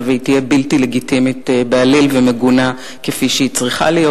והיא תהיה בלתי לגיטימית בעליל ומגונה כפי שהיא צריכה להיות,